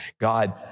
God